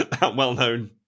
well-known